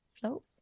flows